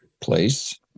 place